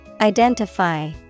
identify